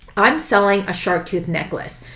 i am selling a shark tooth necklace.